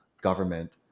government